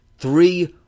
Three